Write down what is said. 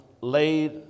laid